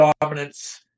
dominance